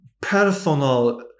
personal